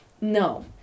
No